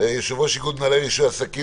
יושב-ראש איגוד מנהלי רישוי עסקים,